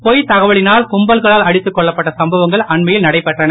பொய் தகவலினால் கும்பலால் அடித்து கொல்லப்பட்ட சம்பவங்கள் அண்மையில் நடைபெற்றது